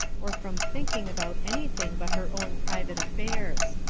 or from thinking about anything but her own private affairs.